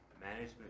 management